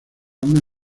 una